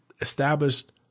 established